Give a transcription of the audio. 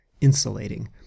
insulating